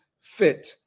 fit